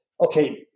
okay